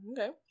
okay